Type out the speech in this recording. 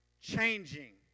changing